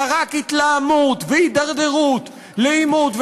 אלא רק התלהמות והידרדרות לעימות,